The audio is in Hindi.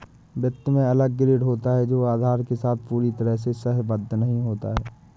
वित्त में अलग ग्रेड होता है जो आधार के साथ पूरी तरह से सहसंबद्ध नहीं होता है